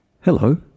Hello